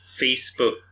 Facebook